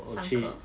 上课